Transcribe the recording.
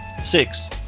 Six